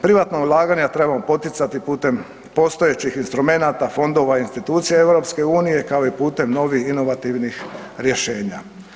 Privatna ulaganja trebamo poticati putem postojećih instrumenata, fondova i institucija EU-a kao i putem novih inovativnih rješenja.